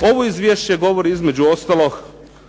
Ovo izvješće govori između ostalog